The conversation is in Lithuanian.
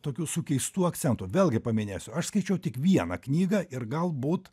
tokių sukeistų akcentų vėlgi paminėsiu aš skaičiau tik vieną knygą ir galbūt